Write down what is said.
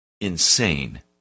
insane